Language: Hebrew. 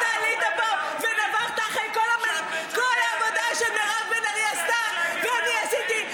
אתה עלית פה ונבחת אחרי כל העבודה שמירב בן ארי עשתה ואני עשיתי.